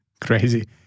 Crazy